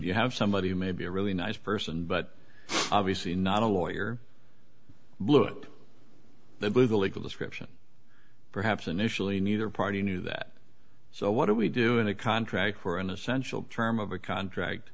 you have somebody who may be a really nice person but obviously not a lawyer blew it they believe the legal description perhaps initially neither party knew that so what do we do in a contract for an essential term of a contract